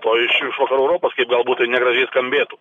to iš iš vakarų europos kaip galbūt tai negražiai skambėtų